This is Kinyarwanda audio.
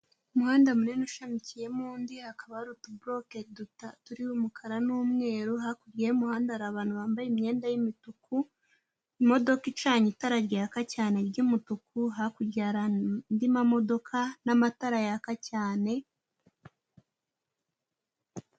Umuhanda munini ushamikiyemo undi hakaba ari utu buroke duta turiho umukara n'umweru, hakurya y'umuhanda hari abantu bambaye imyenda y'imituku, imodoka icanye itara ryaka cyane ry'umutuku, hakurya hari andi mamodoka n'amatara yaka cyane.